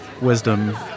wisdom